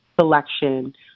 selection